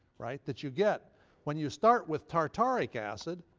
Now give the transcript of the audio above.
right? that you get when you start with tartaric acid